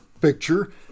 picture